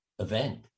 event